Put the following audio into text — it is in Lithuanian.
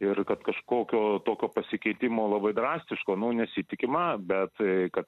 ir kad kažkokio tokio pasikeitimo labai drastiško nu nesitikima bet kad